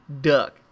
duck